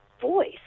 voice